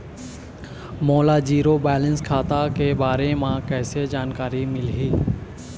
मोला zero balance खाता के बारे म कैसे जानकारी मिलही?